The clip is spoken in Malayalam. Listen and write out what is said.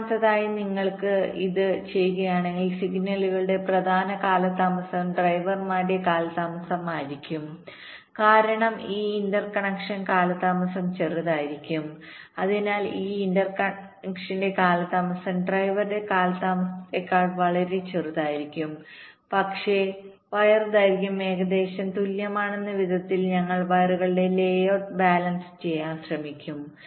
രണ്ടാമതായി നിങ്ങൾ ഇത് ചെയ്യുകയാണെങ്കിൽ സിഗ്നലുകളുടെ പ്രധാന കാലതാമസം ഡ്രൈവർമാരുടെ കാലതാമസം ആയിരിക്കും കാരണം ഈ ഇന്റർകണക്ഷൻ കാലതാമസം ചെറുതായിരിക്കും അതിനാൽ ഈ ഇന്റർകണക്ഷന്റെ കാലതാമസം ഡ്രൈവറുടെ കാലതാമസത്തേക്കാൾ വളരെ ചെറുതായിരിക്കും പക്ഷേ വയർ ദൈർഘ്യം ഏകദേശം തുല്യമാകുന്ന വിധത്തിൽ ഞങ്ങൾ വയറുകളുടെ ലേഔട്ട് ബാലൻസ് ചെയ്യാൻ ശ്രമിക്കും